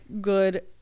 good